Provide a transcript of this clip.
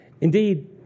Indeed